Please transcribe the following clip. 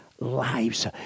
lives